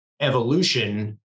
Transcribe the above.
evolution